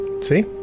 See